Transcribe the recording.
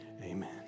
amen